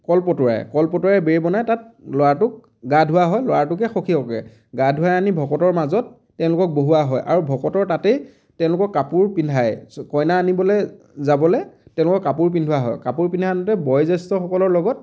কলপটুৱাই কলপটুৱাই বেই বনাই তাত ল'ৰাটোক গা ধোওৱা হয় ল'ৰাটোকে সখীয়ককে গা ধুৱাই আনি ভকতৰ মাজত তেওঁলোকক বহোৱা হয় আৰু ভকতৰ তাতেই তেওঁলোকক কাপোৰ পিন্ধাই কইনা আনিবলৈ যাবলৈ তেওঁলোকক কাপোৰ পিন্ধোৱা হয় কাপোৰ পিন্ধাওঁতে বয়োজ্যেষ্ঠসকলৰ লগত